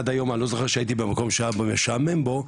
עד היום אני לא זוכר שהייתי במקום שהיה משמעם בו,